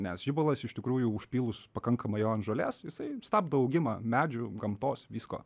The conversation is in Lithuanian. nes žibalas iš tikrųjų užpylus pakankamai jo ant žolės jisai stabdo augimą medžių gamtos visko